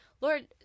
Lord